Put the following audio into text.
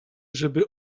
żeby